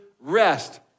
rest